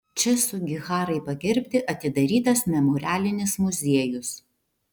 č sugiharai pagerbti atidarytas memorialinis muziejus